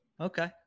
Okay